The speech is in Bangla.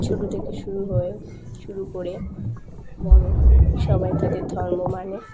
ছোটো থেকে শুরু হয়ে শুরু করে বড় সবাই তাদের ধর্ম মানে